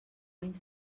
anys